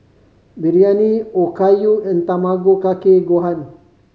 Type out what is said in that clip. Biryani Okayu and Tamago Kake Gohan